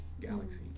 galaxy